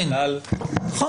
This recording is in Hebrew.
נכון.